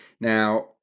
Now